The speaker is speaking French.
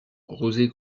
josé